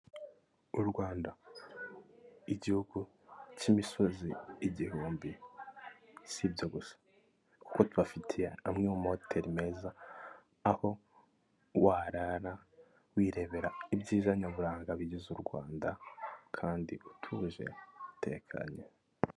U Rwanda igihugu cy'imisozi igihumbi sibyo gusa kuko tubafitiye amwe mu mahoteli meza aho warara wirebera ibyiza nyaburanga bigize u rwanda kandi utuje utekanye .